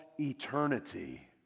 eternity